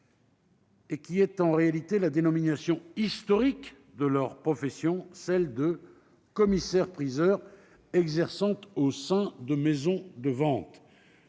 et qui est en réalité la dénomination historique de leur profession : celle de commissaires-priseurs, exerçant au sein de maisons de vente.